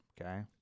Okay